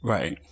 Right